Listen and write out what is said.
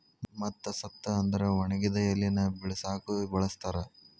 ಮತ್ತ ಸತ್ತ ಅಂದ್ರ ಒಣಗಿದ ಎಲಿನ ಬಿಳಸಾಕು ಬಳಸ್ತಾರ